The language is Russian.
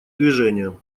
движение